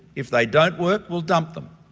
if they don't work, we'll dump them.